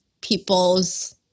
people's